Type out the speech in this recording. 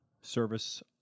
service